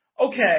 okay